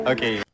Okay